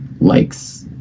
likes